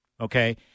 Okay